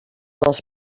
els